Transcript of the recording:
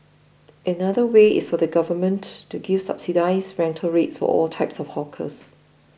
another way is for the government to give subsidised rental rates for all types of hawkers